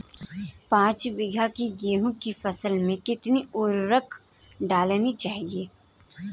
पाँच बीघा की गेहूँ की फसल में कितनी उर्वरक डालनी चाहिए?